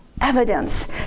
evidence